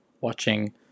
watching